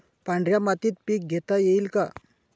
पांढऱ्या मातीत पीक घेता येईल का?